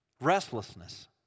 Restlessness